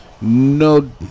no